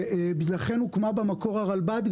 ובגללכם הוקמה במקור הרלב"ד,